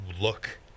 look